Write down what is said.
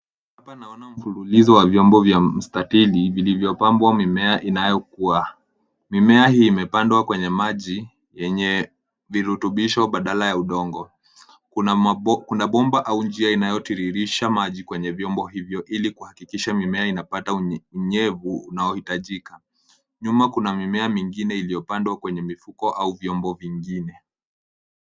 Hapa naona mfululizo wa vyombo vya mstatili vilivyopambwa mimea inayokua. Mimea hii imepandwa kwenye maji yenye virutubisho badala ya udongo. Kuna bomba au njia inayotoririsha maji kwenye vyombo hivyo ili kuhakikisha mimea inapata unyevu unaohitajika. Nyuma kuna mimea mingine iliyopandwa kwenye mifuko au vyombo vingine.